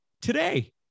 today